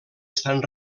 estan